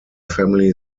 family